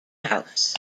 house